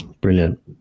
Brilliant